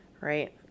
right